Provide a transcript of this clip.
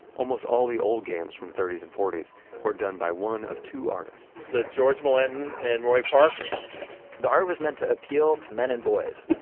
almost all the old games from the thirties and forties were done by one of two artists ah george millington and roy parker the art was meant to appeal to men and boys.